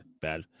bad